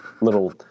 little